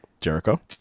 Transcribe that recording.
Jericho